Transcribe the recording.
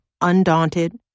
undaunted